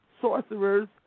sorcerers